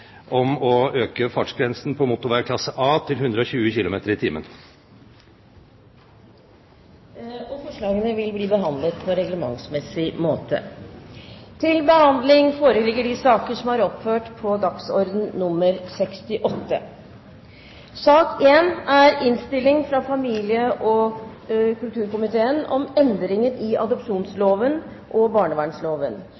om å øke fartsgrensen på motorveier klasse A til 120 km/t. Forslagene vil bli behandlet på reglementsmessig måte. Etter ønske fra familie- og kulturkomiteen